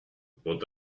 what